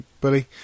buddy